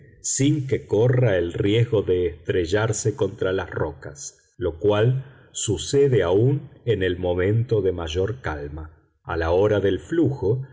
sin que corra el riesgo de estrellarse contra las rocas lo cual sucede aun en el momento de mayor calma a la hora del flujo